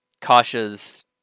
Kasha's